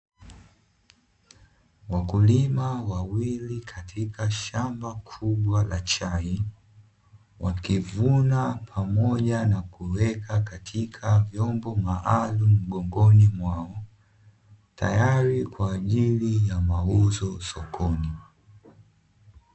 Wakulima wawili katika shamba kubwa la chai, wakivuna pamoja na kuweka katika vyombo maalumu mgongoni mwao, tayari kwa ajili ya mauzo sokoni.